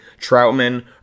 Troutman